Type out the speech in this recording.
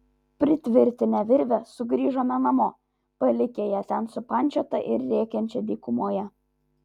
pritvirtinę virvę sugrįžome namo palikę ją ten supančiotą ir rėkiančią dykumoje